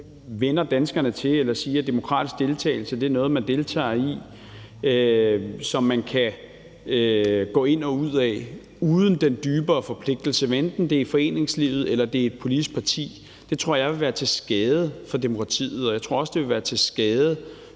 vender danskerne til eller siger, at demokratisk deltagelse er noget, som man kan gå ind og ud af uden den dybere forpligtelse, hvad enten det er i foreningslivet eller i et politisk parti, så vil det være til skade for demokratiet. Og jeg tror også, det vil være til skade